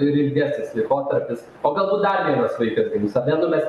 ir ilgesnis laikotarpis o galbūt dar vienas vaikas gims ar ne nu mes